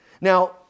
Now